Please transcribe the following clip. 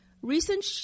Recent